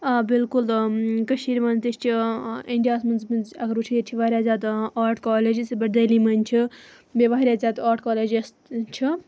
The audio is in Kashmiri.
آ بالکُل کشیٖرِ منٛز تہِ چھ اِنڈیاس منٛز تہِ اَگر وٕچھَو ییٚتۍ چھ واریاہ زیادٕ آٹ کالیجز یِتھ پٲٹھۍ دہلی منٛز چھِ بیٚیہِ واریاہ زیادٕ آٹ کالیجیس چھےٚ